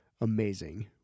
amazing